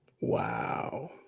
wow